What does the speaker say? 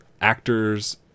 actors